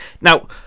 Now